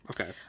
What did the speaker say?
Okay